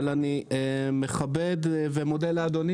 אבל אני מכבד ומודה לאדוני,